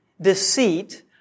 deceit